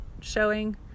showing